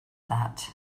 that